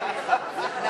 התשע"א 2011, נתקבלה.